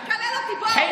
אתה תומך במחבלים,